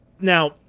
now